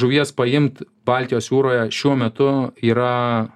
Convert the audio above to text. žuvies paimt baltijos jūroje šiuo metu yra